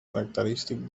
característic